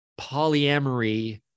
polyamory